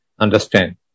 understand